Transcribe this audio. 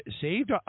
saved